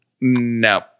No